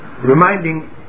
reminding